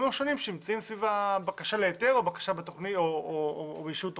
השונים שנמצאים סביב הבקשה להיתר או אישור תוכנית.